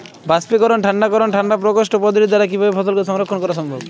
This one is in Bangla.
বাষ্পীকরন ঠান্ডা করণ ঠান্ডা প্রকোষ্ঠ পদ্ধতির দ্বারা কিভাবে ফসলকে সংরক্ষণ করা সম্ভব?